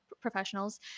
professionals